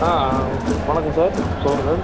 ஆ வணக்கம் சார் சொல்லுங்கள் சார்